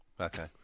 Okay